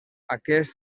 aquests